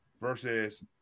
Versus